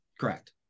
correct